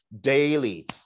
daily